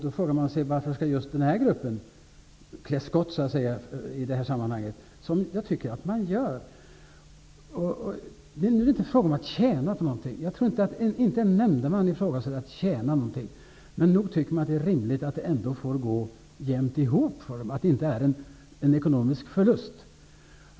Man frågar sig då: Varför skall just nämndemännen klä skott i det här sammanhanget? Det är inte fråga om att tjäna någonting. Jag tror inte att någon nämndeman räknar med att tjäna pengar på sitt uppdrag. Men nog vore det rimligt att det hela skulle gå ihop, att uppdraget inte innebär en ekonomisk förlust?